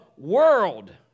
world